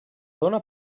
dóna